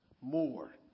more